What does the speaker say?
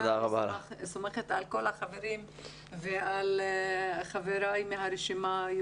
אני סומכת על כל החברים ועל חבריי מהרשימה.